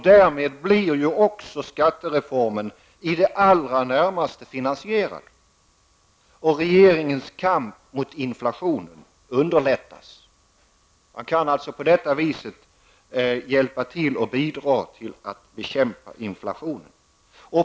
Därmed blir skattereformen i det allra närmaste finansierad, och regeringens kamp mot inflationen underlättas. Man kan alltså på detta vis bidra till att bekämpa inflationen.